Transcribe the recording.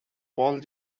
paul